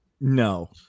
No